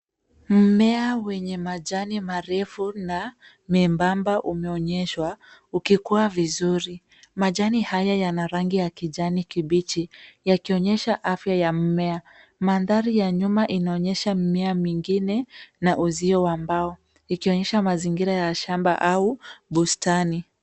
Mmea wenye majani marefu na membamba umeonyeshwa ukikua vizuri. Majani haya yana rangi ya kijani kibichi yakionyesha afya ya mmea. Mandhari ya nyuma inaonyesha mimea mingine na uzio wa mbao ikionyesha mazingira ya shamba au bustani.